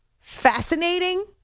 Fascinating